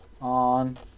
on